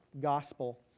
gospel